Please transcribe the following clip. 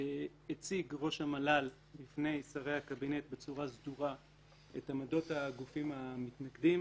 הציג ראש המל"ל בפני שרי הקבינט בצורה סדורה את העמדות הגופים המתנגדים